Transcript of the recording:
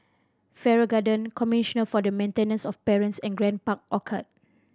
Farrer Garden Commissioner for the Maintenance of Parents and Grand Park Orchard